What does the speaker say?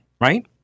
right